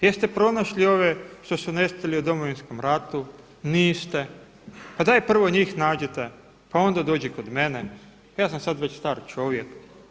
Jeste pronašli ove što su nestali u Domovinskom ratu, niste, pa daj prvo njih nađite pa onda dođi kod mene ja sam već star čovjek.